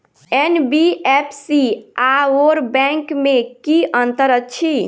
NBFC आओर bank मे की अंतर अछि?